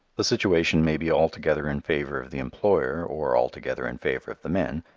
the situation may be altogether in favor of the employer or altogether in favor of the men,